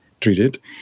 treated